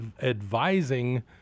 advising